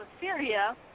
Syria